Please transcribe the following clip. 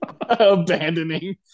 abandoning